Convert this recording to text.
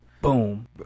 boom